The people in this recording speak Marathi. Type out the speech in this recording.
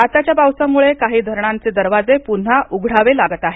आताच्या पावसामुळे काही धरणांचे दरवाजे पुन्हा घडावे लागत आहेत